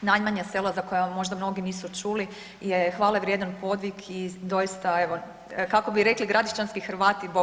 najmanja sela za koja možda mnogi nisu čuli je hvale vrijedan podvig i doista evo kako bi rekli Gradiščanski Hrvati „Bog plati“